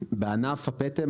בענף הפטם,